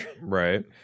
Right